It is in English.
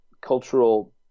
cultural